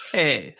Hey